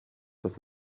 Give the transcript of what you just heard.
with